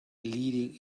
leading